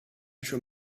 shall